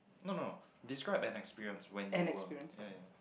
no no describe an experience when you were ya ya